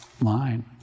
line